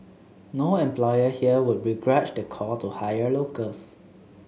no employer here would begrudge the call to hire locals